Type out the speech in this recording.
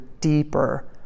deeper